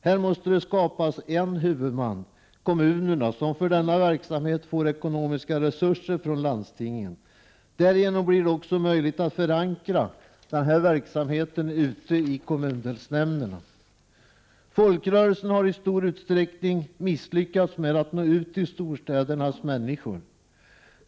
Här måste det skapas en huvudman —- kommunerna, som för denna verksamhet får ekonomiska resurser från landstingen. Därigenom blir det också möjligt att förankra denna verksamhet i kommundelsnämnderna. Folkrörelserna har i stor utsträckning misslyckats med att nå ut till storstädernas människor.